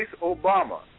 Obama